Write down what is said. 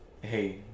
hey